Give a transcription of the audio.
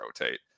rotate